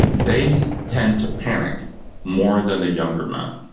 they tend to panic more than the younger men,